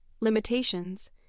limitations